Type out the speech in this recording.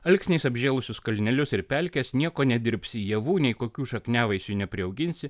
alksniais apžėlusius kalnelius ir pelkes nieko nedirbsi javų nei kokių šakniavaisių nepriauginsi